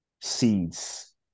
seeds